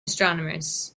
astronomers